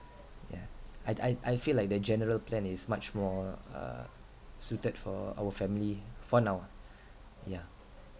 yeah I'd I I feel like the general plan is much more uh suited for our family for now ah yeah